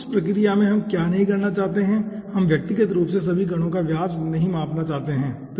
उस प्रक्रिया में हम क्या नहीं करना चाहते थे हम व्यक्तिगत रूप से सभी कणों का व्यास नहीं मापना चाहते हैं ठीक है